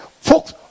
folks